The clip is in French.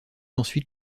ensuite